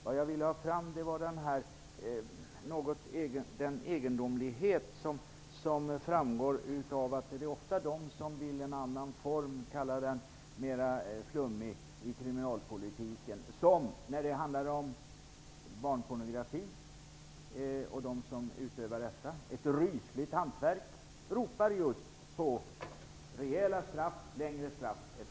Vad jag ville ha fram är den egendomlighet som framgår av att det ofta är de människor som vi betraktar som flummiga i kriminalpolitiken som när det handlar om barnpornografi och de som utövar det - ett rysligt hantverk - ropar på just rejäla och längre straff etc.